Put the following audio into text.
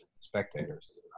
spectators